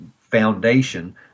foundation